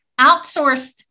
outsourced